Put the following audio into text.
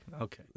okay